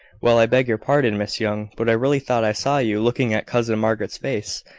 well, i beg your pardon, miss young but i really thought i saw you looking at cousin margaret's face.